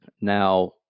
Now